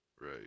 right